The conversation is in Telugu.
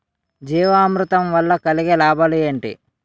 జీవామృతం వల్ల కలిగే లాభాలు ఏంటి?